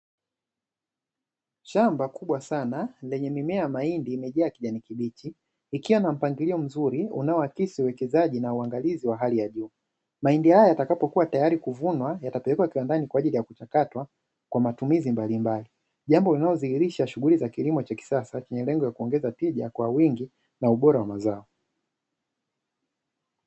Shamba kubwa sana lenye mimea ya mahindi, imejaa kijani kibichi, likiwa na mpangilio mzuri, unaakisi uwekezaji na uangalizi wa hali ya juu, mahindi haya yatakapo kuwa tayari kuvunwa yatapelekwa kiwandani kwa ajili ya kuchakatwa kwa matumizi mbalimbali, jambo linalodhihirisha shughuli za kilimo cha kisasa chenye lengo la kuongeza tija kwa wingi na ubora wa mazao.